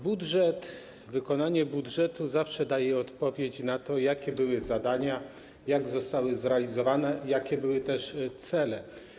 Budżet, wykonanie budżetu zawsze daje odpowiedź na to, jakie były zadania, jak zostały zrealizowane, jakie były też cele.